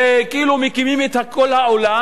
וכאילו מקימים את כל העולם,